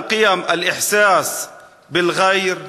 ערכי ההזדהות עם הזולת,